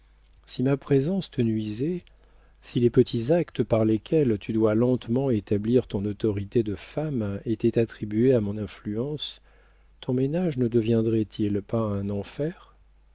si ma présence te nuisait si les petits actes par lesquels tu dois lentement établir ton autorité de femme étaient attribués à mon influence ton ménage ne deviendrait-il pas un enfer